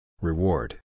Reward